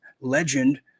legend